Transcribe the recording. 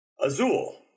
Azul